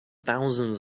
thousands